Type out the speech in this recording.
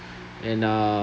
and uh